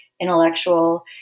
intellectual